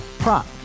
Prop